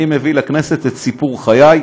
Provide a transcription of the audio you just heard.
אני מביא לכנסת את סיפור חיי,